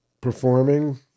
performing